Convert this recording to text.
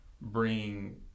bring